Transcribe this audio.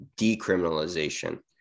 decriminalization